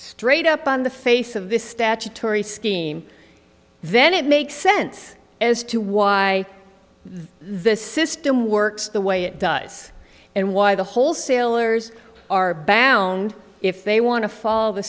straight up on the face of this statutory scheme then it makes sense as to why this system works the way it does and why the wholesalers are bound if they want to follow the